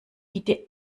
bitte